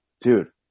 Dude